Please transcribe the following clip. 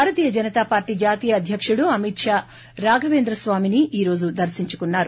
భారతీయ జనతా పార్టీ జాతీయ అధ్యకుడు అమిత్ షా రాఘవేంద్రస్వామిని ఈ రోజు దర్శించుకున్నారు